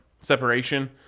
separation